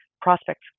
prospects